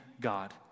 God